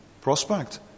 prospect